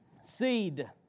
seed